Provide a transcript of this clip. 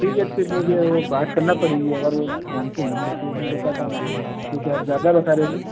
ठीक है तो फिर मुझे वो बात करना पड़ेगी अगर वो जानते हैं तो फिर मैं बताता हूँ आपको क्योंकि आप ज़्यादा बता रहे हो पैसा